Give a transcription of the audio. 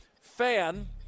fan